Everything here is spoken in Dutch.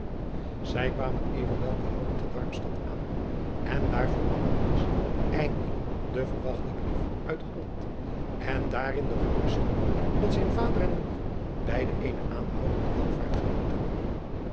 ij kwamen evenwel behouden te armstad aan en daar vond eindelijk den verwachten brief uit olland en daarin de geruststelling dat zijn vader en moeder beide eene aanhoudende welvaart genoten